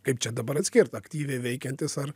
kaip čia dabar atskirt aktyviai veikiantis ar